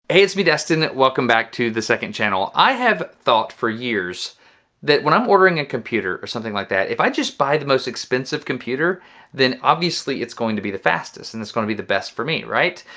hey, it's me, destin. welcome back to the second channel. i have thought for years that when i'm ordering a computer or something like that, if i just buy the most expensive computer then obviously it's going to be the fastest and it's gonna be the best for me, right?